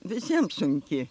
visiems sunki